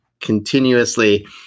continuously